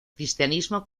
cristianismo